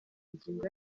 ngingo